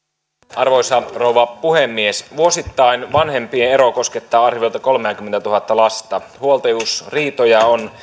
arvoisa rouva puhemies vuosittain vanhempien ero koskettaa arviolta kolmeakymmentätuhatta lasta huoltajuusriitoja on